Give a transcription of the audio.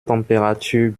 température